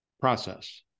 process